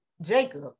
Jacob